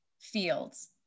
fields